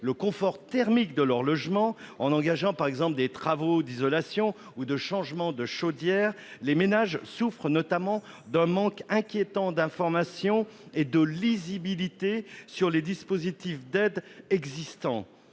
le confort thermique de leur logement, en engageant, par exemple, des travaux d'isolation ou de changement de chaudière, les ménages souffrent notamment d'un manque inquiétant d'information et de lisibilité sur les dispositifs d'aide existants.